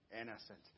innocent